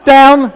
Down